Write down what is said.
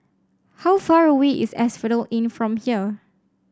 how far away is Asphodel Inn from here